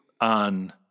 on